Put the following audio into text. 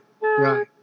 right